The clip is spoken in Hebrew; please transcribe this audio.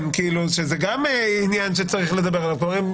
כן, שזה גם עניין שצריך לדבר עליו.